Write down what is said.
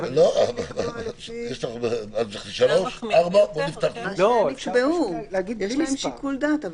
אפשר פשוט להגיד בלי מספר.